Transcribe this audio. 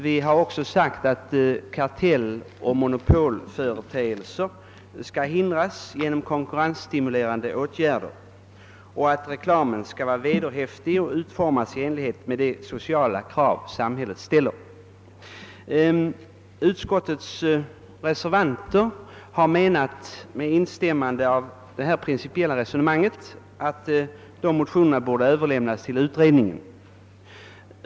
Vi har också framhållit att kar telloch monopolföreteelser skall hindras genom konkurrensstimulerande åtgärder och att reklamen skall vara vederhäftig och utformad i enlighet med de sociala krav samhället ställer. Utskottets reservanter har med instämmande i detta principiella resonemang menat att motionerna borde ha överlämnats till utredningen.